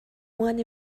one